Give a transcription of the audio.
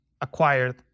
acquired